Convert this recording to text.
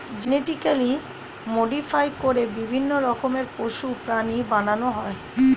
genetically modify করে বিভিন্ন রকমের পশু, প্রাণী বানানো হয়